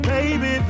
Baby